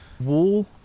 wall